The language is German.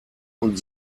und